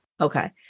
Okay